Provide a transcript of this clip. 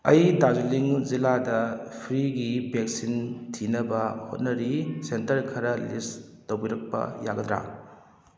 ꯑꯩ ꯗꯥꯔꯖꯂꯤꯡ ꯖꯤꯂꯥꯗ ꯐ꯭ꯔꯤꯒꯤ ꯚꯦꯛꯁꯤꯟ ꯊꯤꯅꯕ ꯍꯣꯠꯅꯔꯤ ꯁꯦꯟꯇꯔ ꯈꯔ ꯂꯤꯁ ꯇꯧꯕꯤꯔꯛꯄ ꯌꯥꯒꯗ꯭ꯔꯥ